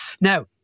Now